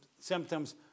symptoms